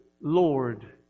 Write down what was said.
Lord